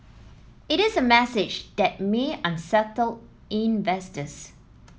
it is a message that may unsettle investors